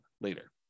later